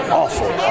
awful